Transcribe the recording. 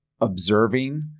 observing